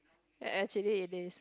actually it is